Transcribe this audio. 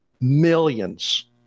Millions